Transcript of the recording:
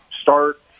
start